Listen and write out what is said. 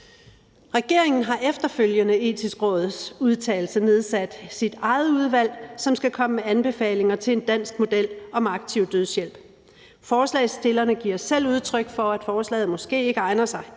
Regeringen har efterfølgende, efter Det Etiske Råds udtalelse, nedsat sit eget udvalg, som skal komme med anbefalinger til en dansk model om aktiv dødshjælp. Forslagsstillerne giver selv udtryk for, at forslaget måske ikke egner sig